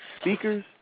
speakers